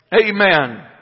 Amen